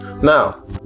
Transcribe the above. Now